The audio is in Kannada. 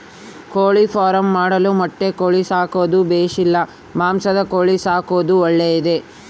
ಕೋಳಿಫಾರ್ಮ್ ಮಾಡಲು ಮೊಟ್ಟೆ ಕೋಳಿ ಸಾಕೋದು ಬೇಷಾ ಇಲ್ಲ ಮಾಂಸದ ಕೋಳಿ ಸಾಕೋದು ಒಳ್ಳೆಯದೇ?